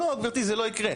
לא, גברתי, זה לא יקרה.